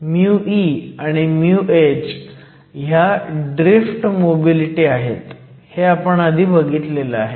μe आणि μh ह्या drift mobility आहेत हे आपण आधी बघितलं आहे